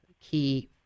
key